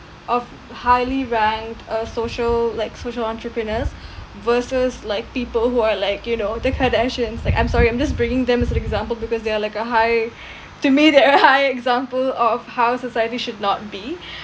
of highly ranked uh social like social entrepreneurs versus like people who are like you know the kardashians like I'm sorry I'm just bringing them as an example because they are like a high to me they are high example of how society should not be